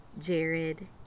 Jared